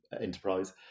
Enterprise